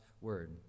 word